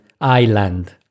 Island